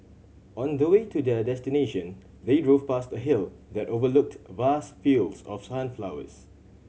on the way to their destination they drove past a hill that overlooked vast fields of sunflowers